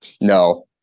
No